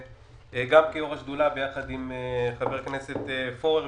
גם כיושב ראש השדולה יחד עם חבר הכנסת פורר,